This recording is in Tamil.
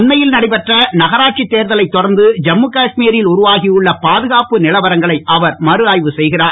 அண்மையில் நடைபெற்ற நகராட்சி தேர்தலை தொடர்ந்து ஜம்மு காஷ்மீரில் உருவாகியுள்ள பாதுகாப்பு நிலவரங்களை அவர் மறுஆய்வு செய்கிறார்